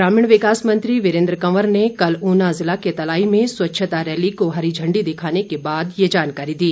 ग्रामीण विकास मंत्री वीरेन्द्र कंवर ने कल ऊना जिला के तलाई में स्वच्छता रैली को हरी झण्डी दिखाने के बाद ये जानकारी दी